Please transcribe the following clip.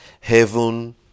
heaven